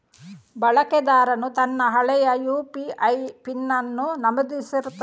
ಬಳಕೆದಾರನು ತನ್ನ ಹಳೆಯ ಯು.ಪಿ.ಐ ಪಿನ್ ಅನ್ನು ನಮೂದಿಸುತ್ತಾನೆ